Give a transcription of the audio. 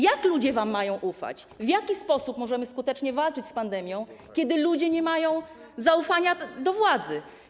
Jak ludzie wam mają ufać, w jaki sposób możemy skutecznie walczyć z pandemią, kiedy ludzie nie mają zaufania do władzy?